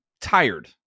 tired